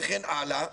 וכן הלאה,